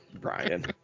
Brian